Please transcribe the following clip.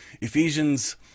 Ephesians